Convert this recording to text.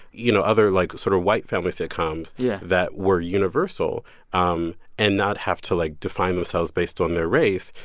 you know, other, like, sort of white family sitcoms. yeah. that were universal um and not have to, like, define themselves based on their race,